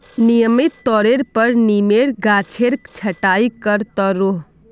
नियमित तौरेर पर नीमेर गाछेर छटाई कर त रोह